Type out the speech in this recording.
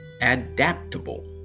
adaptable